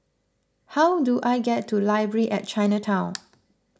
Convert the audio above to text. how do I get to Library at Chinatown